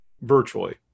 virtually